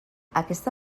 aquesta